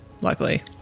luckily